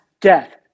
death